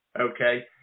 Okay